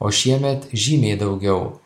o šiemet žymiai daugiau